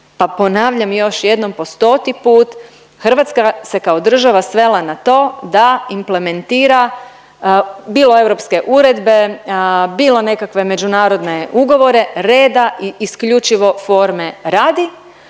ponavljam još jednom po stoti put, Hrvatska se kao država svela na to da implementira, bilo europske uredbe, bilo nekakve međunarodne ugovore, reda i isključivo forme radi,